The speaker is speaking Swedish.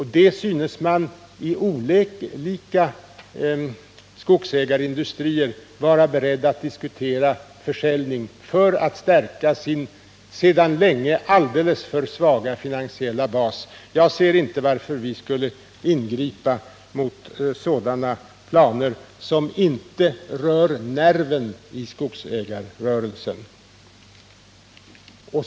Man synes i olika skogsägarindustrier vara beredd att diskutera försäljning för att stärka sin sedan länge alldeles för svaga finansiella bas. Jag förstår inte varför vi skulle ingripa mot genomförandet av sådana planer som inte rör nerven i skogsägarrörelsen.